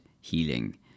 healing